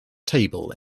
table